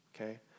okay